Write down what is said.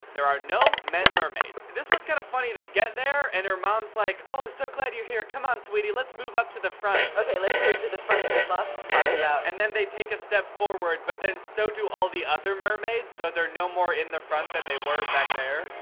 there are no men mermaids. this one's kind of funny. they get there and her mom's like, oh so glad you're here. come on, sweetie, let's move up to the front. okay, let's move to the front. there's lots to talk about. and then they take a step forward, but then so do all the other mermaids. so they're no more in the front than they were back there.